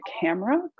camera